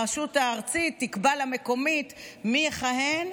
הרשות הארצית תקבע למקומית מי יכהן,